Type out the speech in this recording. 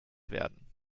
werden